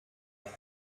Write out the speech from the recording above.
have